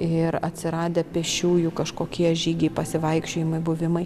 ir atsiradę pėsčiųjų kažkokie žygiai pasivaikščiojimai buvimai